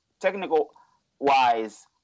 Technical-wise